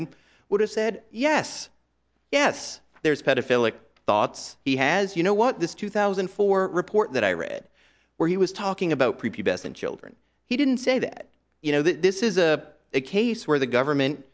him would have said yes yes there's a pedophile it thoughts he has you know what this two thousand and four report that i read where he was talking about prepubescent children he didn't say that you know this is a case where the government